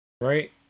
Right